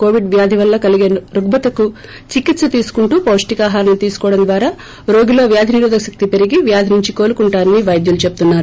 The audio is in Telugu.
కోవిడ్ వ్యాధి వల్ల కలిగే రుగ్న తలకు చికిత్స తీసుకుంటూ పౌష్టికాహారాన్ని తీసుకోవడం ద్వారా రోగిలో వ్యాధి నిరోధక శక్తి పెరిగి వ్యాధి నుంచి కోలుకుంటారని పైద్యులు చేబుతున్నారు